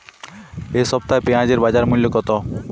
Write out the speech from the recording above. এ সপ্তাহে পেঁয়াজের বাজার মূল্য কত?